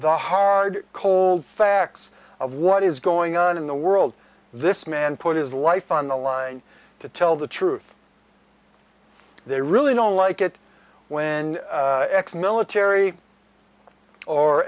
the hard cold facts of what is going on in the world this man put his life on the line to tell the truth they really don't like it when ex military or